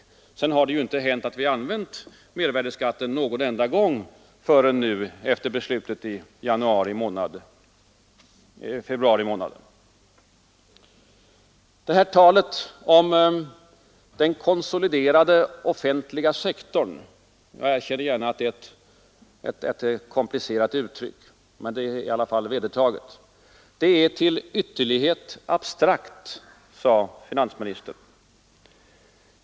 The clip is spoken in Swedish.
Men sedan hände det ju inte en enda gång att vi använde mervärdeskatten förrän nu efter beslut i februari månad. Talet om den konsoliderade offentliga sektorn — jag erkänner gärna att det är ett komplicerat uttryck, men det är i alla fall vedertaget — är till ytterlighet abstrakt, sade finansministern.